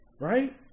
right